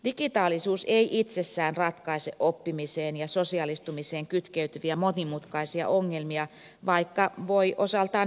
digitaalisuus ei itsessään ratkaise oppimiseen ja sosiaalistumiseen kytkeytyviä monimutkaisia ongelmia vaikka voi osaltaan helpottaa niitä